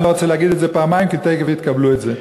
אני לא רוצה להגיד את זה פעמיים כי תכף יקבלו את זה.